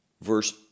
verse